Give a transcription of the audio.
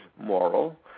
moral